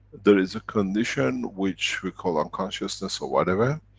there is a condition which we call, unconsciousness or whatever.